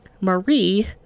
Marie